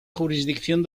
jurisdicción